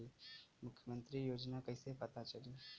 मुख्यमंत्री योजना कइसे पता चली?